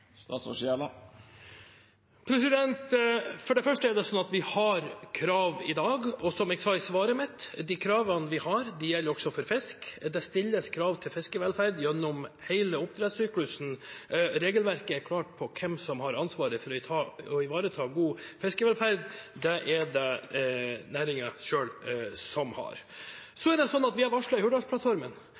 For det første er det sånn at vi har krav i dag, og som jeg sa i svaret mitt, gjelder de kravene vi har, også for fisk. Det stilles krav til fiskevelferd gjennom hele oppdrettssyklusen. Regelverket er klart på hvem som har ansvaret for å ivareta god fiskevelferd. Det er det næringen selv som har. Vi har i Hurdalsplattformen varslet at vi